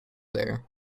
there